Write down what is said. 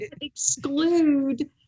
exclude